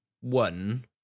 one